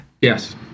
Yes